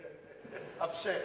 המשך.